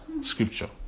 scripture